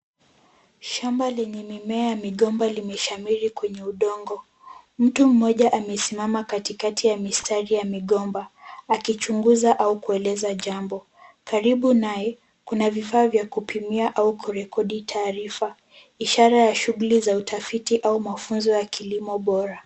Shamba lenye mimeaya migomba limeshamiri kwenye udongo. Mtu mmoja amesimama katikati ya mistari ya migomba akichunguza au kueleza jambo. Karibu naye kuna vifaa vya kupimia au kurekodi taarifa ishara ya shughuli za utafiti au mafunzo ya kilimo bora.